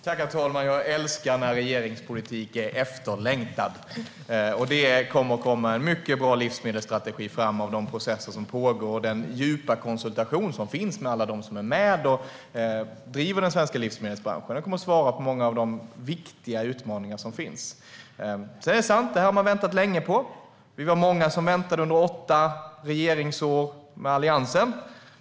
Herr talman! Jag älskar när regeringspolitik är efterlängtad! Det kommer att komma fram en mycket bra livsmedelsstrategi av de processer som pågår och den djupa konsultation som sker med alla dem som är med och driver den svenska livsmedelsbranschen. Strategin kommer att svara på många av de viktiga utmaningar som finns. Det är sant att man har väntat länge på detta. Vi var många som väntade under åtta regeringsår med Alliansen.